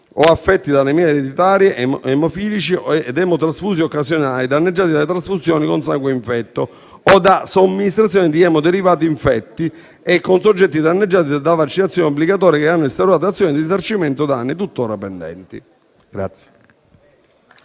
o affetti da anemie ereditarie, emofilici ed emotrasfusi occasionali danneggiati da trasfusione con sangue infetto o da somministrazione di emoderivati infetti e con soggetti danneggiati da vaccinazioni obbligatorie che hanno instaurato azioni di risarcimento danni tuttora pendenti".